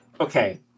okay